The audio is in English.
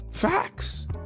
facts